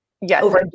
Yes